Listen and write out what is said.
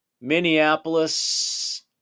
Minneapolis